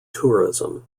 tourism